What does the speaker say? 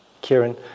Kieran